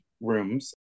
rooms